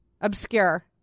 Obscure